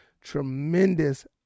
tremendous